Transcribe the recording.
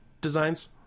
designs